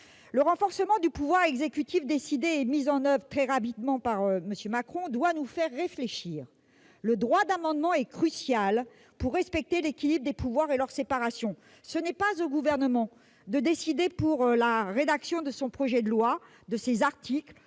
Le renforcement du pouvoir exécutif décidé et mis en oeuvre très rapidement par M. Macron doit nous faire réfléchir. Le droit d'amendement est crucial pour respecter l'équilibre des pouvoirs et leur séparation. Ce n'est pas au Gouvernement de décider, pour la rédaction de son projet de loi et de ses articles,